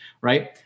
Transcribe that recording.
right